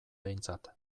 behintzat